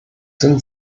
sind